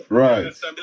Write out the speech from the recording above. right